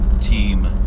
team